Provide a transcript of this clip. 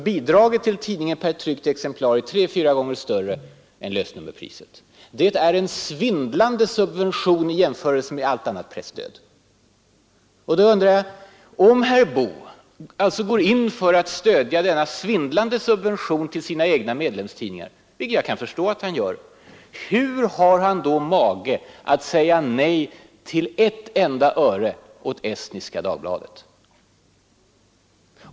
Bidraget till tidningen per tryckt exemplar är alltså tre till fyra gånger lösnummerpriset. Det är en svindlande subvention i jämförelse med allt annat presstöd. Min fråga till herr Boo är: Om herr Boo går in för att stödja denna svindlande subvention till sina egna medlemstidningar — vilket jag kan förstå att han gör — hur har han då mage att säga nej till ett enda öre åt Estniska Dagbladet?